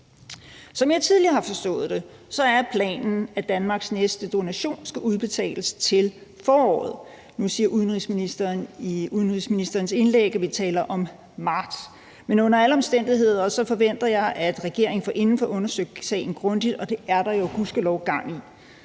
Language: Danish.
Som jeg tidligere har forstået det, er planen, at Danmarks næste donation skal udbetales til foråret. Nu siger udenrigsministeren i udenrigsministerens indlæg, at vi taler om marts. Men under alle omstændigheder forventer jeg, at regeringen forinden får undersøgt sagen grundigt. Det er der jo gudskelov gang i,